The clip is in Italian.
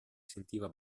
sentiva